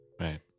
Right